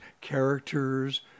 characters